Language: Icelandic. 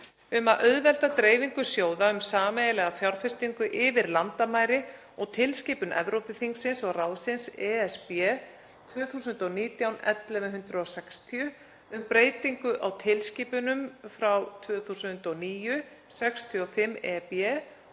um að auðvelda dreifingu sjóða um sameiginlega fjárfestingu yfir landamæri og tilskipun Evrópuþingsins og ráðsins (ESB) 2019/1160 um breytingu á tilskipunum 2009/65/EB